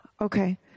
Okay